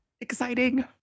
Exciting